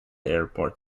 airport